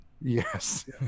Yes